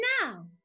now